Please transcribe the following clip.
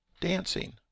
dancing